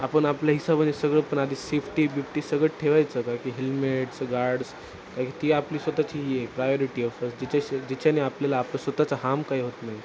आपण आपल्या हिशोबाने सगळं पण आधी सेफ्टी बिफ्टी सगळं ठेवायचं काय की हेल्मेट्स गारड्स का की ती आपली स्वतःची प्रयोरिटी ऑफस जिच्याशी जिच्याने आपल्याला आप स्वतःचा हाम काही होत नाही